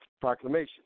proclamation